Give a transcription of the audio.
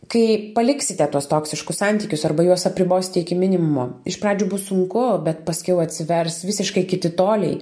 kai paliksite tuos toksiškus santykius arba juos apribosite iki minimumo iš pradžių bus sunku bet paskiau atsivers visiškai kiti toliai